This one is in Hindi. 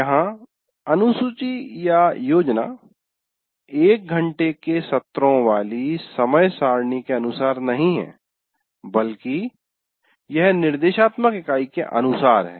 यहाँ अनुसूची योजना एक घंटे के सत्रों वाली समय सारिणी के अनुसार नहीं है बल्कि यह निर्देशात्मक इकाई के अनुसार है